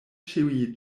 ĉiuj